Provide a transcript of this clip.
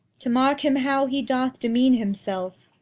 to mark him how he doth demean himself.